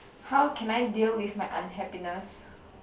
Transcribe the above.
how can I deal with my unhappiness